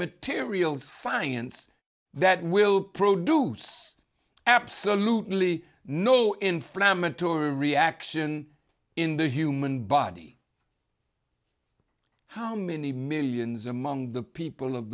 material science that will produce absolutely no inflammatory reaction in the human body how many millions among the people of